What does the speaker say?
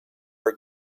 our